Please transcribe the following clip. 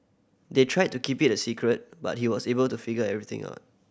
they tried to keep it a secret but he was able to figure everything out